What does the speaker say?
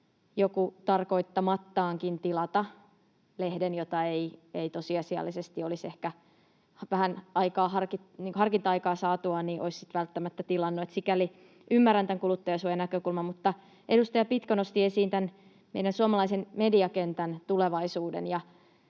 joku tarkoittamattaankin tilata lehden, jota ei tosiasiallisesti olisi ehkä vähän harkinta-aikaa saatuaan sitten välttämättä tilannut. Että sikäli ymmärrän tämän kuluttajansuojanäkökulman. Mutta edustaja Pitko nosti esiin tämän meidän suomalaisen mediakentän tulevaisuuden,